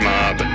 Mob